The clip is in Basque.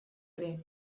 ere